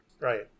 Right